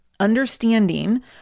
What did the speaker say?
understanding